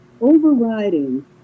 overriding